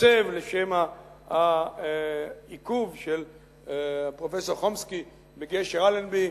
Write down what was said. שהתעצב לשמע העיכוב של פרופסור חומסקי בגשר אלנבי.